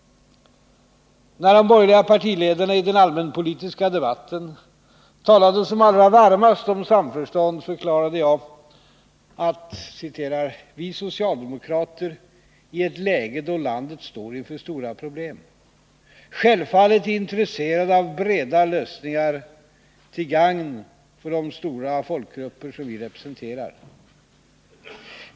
När de borgerliga partiledarna i den allmänpolitiska debatten talade som allra varmast om samförstånd förklarade jag att ”vi socialdemokrater, i ett läge där landet står inför stora problem, självfallet är intresserade av breda lösningar till gagn för de stora folkgrupper som vi representerar.